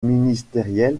ministériel